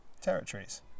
territories